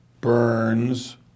Burns